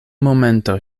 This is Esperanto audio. momento